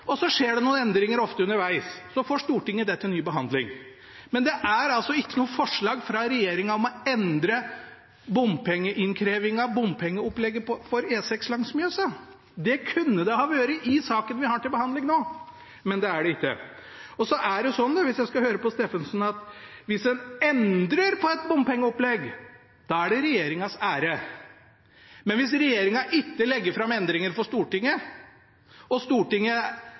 finansieringsopplegget. Så skjer det ofte noen endringer underveis, og så får Stortinget det til ny behandling. Men det er altså ikke noe forslag fra regjeringen om å endre bompengeinnkrevingen, bompengeopplegget for E6 langs Mjøsa. Det kunne det ha vært i saken vi har til behandling nå, men det er det ikke. Så er det sånn, hvis jeg skal høre på Steffensen, at hvis en endrer på et bompengeopplegg, er det til regjeringens ære, men hvis regjeringen ikke legger fram endringer for Stortinget og Stortinget